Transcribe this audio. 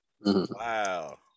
wow